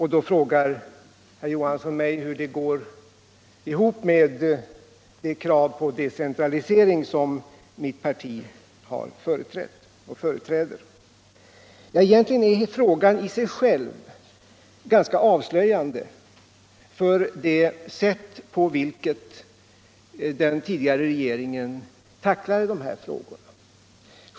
Herr Johansson frågar mig hur det går ihop med de krav på decentralisering som mitt parti företräder. Egentligen är frågan i sig själv ganska avslöjande för det sätt på vilket den tidigare regeringen tacklade de här förhållandena.